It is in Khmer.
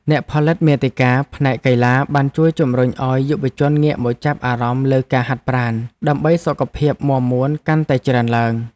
អ្នកផលិតមាតិកាផ្នែកកីឡាបានជួយជំរុញឱ្យយុវជនងាកមកចាប់អារម្មណ៍លើការហាត់ប្រាណ ដើម្បីសុខភាពមាំមួនកាន់តែច្រើនឡើង។